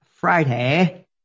Friday